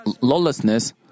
lawlessness